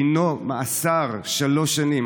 דינו, מאסר שלוש שנים".